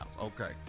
Okay